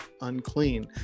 unclean